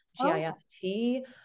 g-i-f-t